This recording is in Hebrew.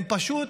הם פשוט